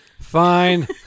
Fine